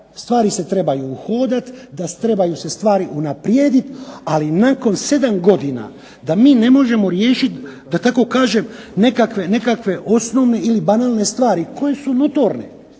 stvari se trebaju uhodat, da trebaju se stvari unaprijedit, ali nakon sedam godina da mi ne možemo riješit da tako kažem nekakve osnovne ili banalne stvari koje su notorne